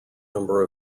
number